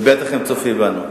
ובטח הם צופים בנו.